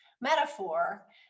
metaphor